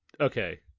Okay